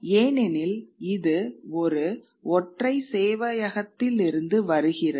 ஏனெனில் இது ஒரு ஒற்றை சேவையகத்திலிருந்து வருகிறது